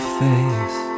face